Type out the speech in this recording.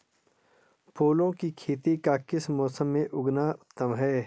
फूलों की खेती का किस मौसम में उगना उत्तम है?